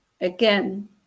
again